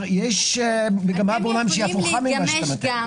יש מגמה בעולם שהפוכה ממה שאתה מתאר.